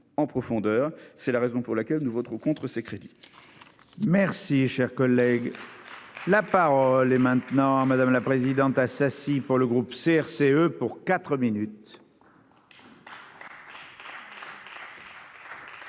en profondeur, c'est la raison pour laquelle nous voterons contre ces critiques. Merci, cher collègue là par les maintenant, madame la présidente Assassi. Pour le groupe CRCE pour 4 minutes.